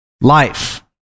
Life